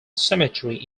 cemetery